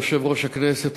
יושב-ראש הכנסת,